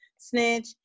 Snitch